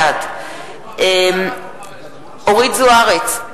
בעד אורית זוארץ,